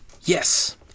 Yes